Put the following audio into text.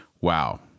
Wow